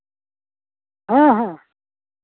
ᱦᱮᱸ ᱦᱮᱸ